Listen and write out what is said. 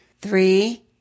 Three